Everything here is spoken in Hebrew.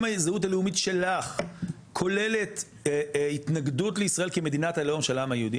אם הזהות הלאומית שלך כוללת התנגדות לישראל כמדינת הלאום של העם היהודי,